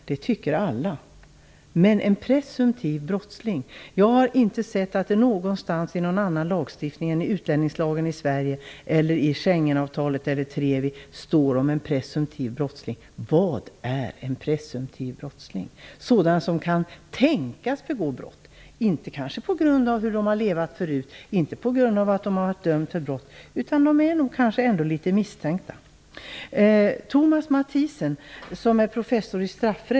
Det tycker alla. Men vad är en presumtiv brottsling? Jag har inte sett att det någonstans i någon annan lagstiftning än i utlänningslagen i Sverige eller i Schengenavtalet eller Trevi står något om en presumtiv brottsling. Vad är en presumtiv brottsling? Är det någon som kan tänkas begå brott, kanske inte på grund av hur de har levt förut eller för att de har varit dömda för brott utan därför att de kanske ändå är litet misstänkta?